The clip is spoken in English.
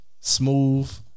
Smooth